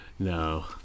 No